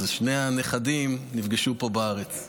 אז שני הנכדים נפגשו פה בארץ.